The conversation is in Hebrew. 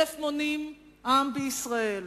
אלף מונים העם בישראל,